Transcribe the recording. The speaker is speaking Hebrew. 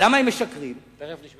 למה שלא ניתן לה תעודה,